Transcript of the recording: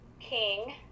king